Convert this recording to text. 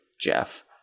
Jeff